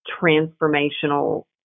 transformational